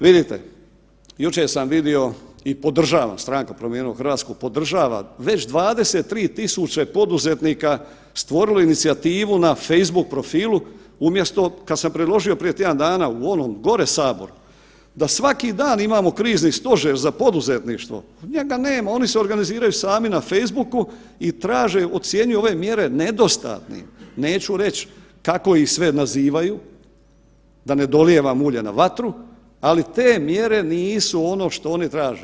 Vidite, jučer sam vidio i podržavam, Stranka Promijenimo Hrvatsku podržava, već 23 000 poduzetnika stvorilo je inicijativu na facebook profilu umjesto kad sam predložio prije tjedan dana u onom gore saboru da svaki dan imamo krizni stožer za poduzetništvo, njega nema, oni se organiziraju sami na facebooku i traže, ocjenjuju ove mjere nedostatnim, neću reć kako ih sve nazivaju da ne dolijevam ulje na vatru, ali te mjere nisu ono što oni traže.